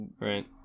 right